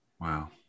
Wow